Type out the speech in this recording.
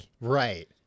right